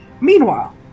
Meanwhile